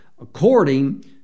according